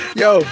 yo